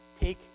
take